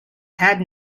had